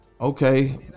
Okay